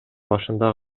башында